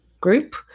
group